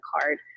card